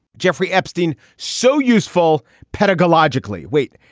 jeffrey epstein. so useful. pedagogically. wait,